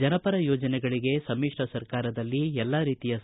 ಜನಪರ ಯೋಜನೆಗಳಿಗೆ ಸಮಿತ್ರ ಸರ್ಕಾರದಲ್ಲಿ ಎಲ್ಲಾ ರೀತಿಯ ಇಲ್ಲ